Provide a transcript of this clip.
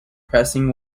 pressing